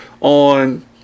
on